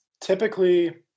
Typically